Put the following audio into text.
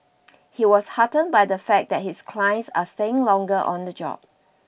he was heartened by the fact that his clients are staying longer on the job